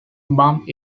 bump